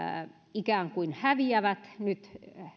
ikään kuin häviävät nyt